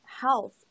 health